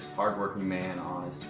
hard working man.